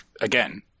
again